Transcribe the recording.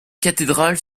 cathédrale